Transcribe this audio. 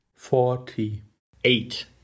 Forty-eight